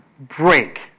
break